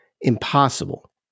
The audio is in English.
impossible